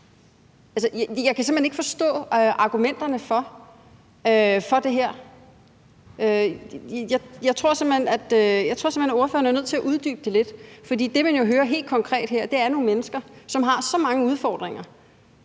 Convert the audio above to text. Jeg kan simpelt hen ikke forstå argumenterne for det her. Jeg tror simpelt hen, at ordføreren er nødt til at uddybe det lidt, for det, man jo helt konkret hører, er, at det er nogle mennesker, som har så mange udfordringer,